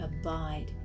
abide